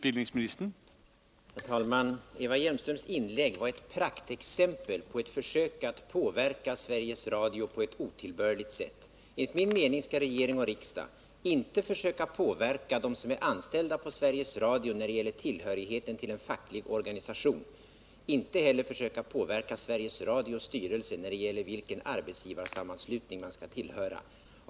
Herr talman! Eva Hjelmströms inlägg var ett praktexempel på ett försök att på ett otillbörligt sätt påverka Sveriges Radio. Enligt min mening skall regering och riksdag inte försöka påverka anställda vid Sveriges Radio när det gäller tillhörigheten till en facklig organisation, inte heller försöka påverka Sveriges Radios styrelse när det gäller vilken arbetsgivarsammanslutning som man skall tillhöra.